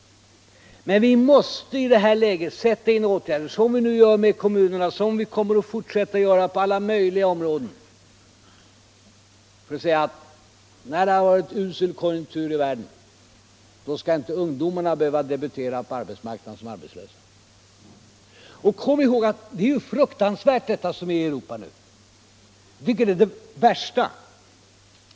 Men vi måste i detta läge sätta in åtgärder, såsom vi nu gör i kommunerna och som vi måste fortsätta att göra på alla möjliga områden, för att ungdomarna i en usel konjunktur inte skall behöva debutera på arbetsmarknaden som arbetslösa. Det är fruktansvärt som det nu är ute i Europa.